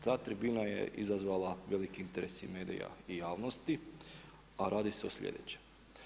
Ta tribina je izazvala veliki interes i medija i javnosti, a radi se o sljedećem.